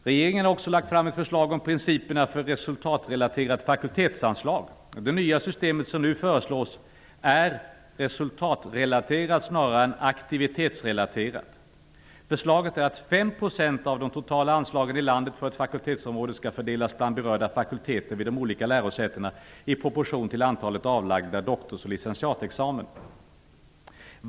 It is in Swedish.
Regeringen har också lagt fram ett förslag om principer för resultatrelaterade fakultetsanslag. Det nya system som nu föreslås är resultatrelaterat snarare än aktivitetsrelaterat. Förslaget innebär att 5 % av de totala anslagen i landet för ett fakultetsområde skall fördelas bland berörda fakulteter vid de olika lärosätena i proportion till antalet avlagda doktors och licentiatexamina.